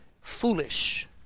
foolish